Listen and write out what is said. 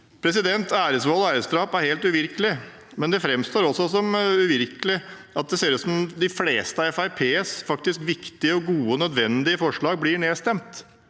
nedstemt. Æresvold og æresdrap er helt uvirkelig, men det framstår også som uvirkelig når det ser ut til at de fleste av Fremskrittspartiets viktige, gode og nødvendige forslag blir nedstemt.